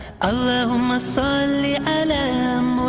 aloma certainly an and